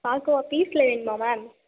பால்கோவா பீஸ்ல வேணுமா மேம்